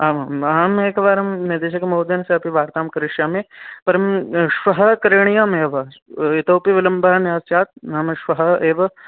आमाम् अहमेकवारं निदेशकमहोदेन सहापि वार्तां करिष्यामि परं श्वः करणीयमेव इतोपि विलम्बः न स्यात् नाम श्वः एव